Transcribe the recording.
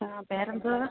ആ പേരെന്തുവാണ്